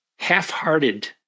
half-hearted